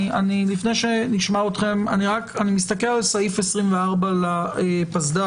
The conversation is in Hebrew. לפני שנשמע אתכם, אני מסתכל על סעיף 24 לפסד"פ